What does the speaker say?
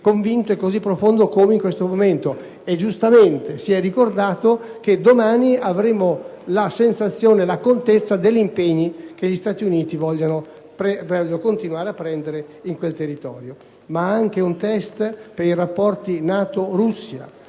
convinto e profondo come in questo momento; giustamente, è anche stato ricordato che domani avremo la sensazione e la contezza degli impegni che gli Stati Uniti vogliono continuare a prendere in quel territorio. Si tratta però anche un test per i rapporti NATO‑Russia: